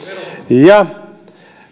ja